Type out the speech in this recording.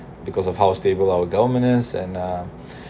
because of how stable our government is and uh